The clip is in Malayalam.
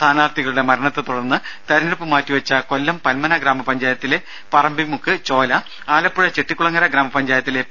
സ്ഥാനാർത്ഥികളുടെ മരണത്തെ തുടർന്ന് തിരഞ്ഞെടുപ്പ് മാറ്റിവെച്ച കൊല്ലം പന്മന ഗ്രാമപഞ്ചായത്തിലെ പറമ്പിമുക്ക് ചോല ആലപ്പുഴ ചെട്ടികുളങ്ങര ഗ്രാമപഞ്ചായത്തിലെ പി